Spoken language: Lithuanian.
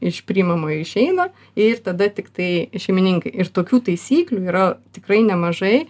iš priimamo išeina ir tada tiktai šeimininkai ir tokių taisyklių yra tikrai nemažai